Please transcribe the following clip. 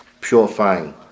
purifying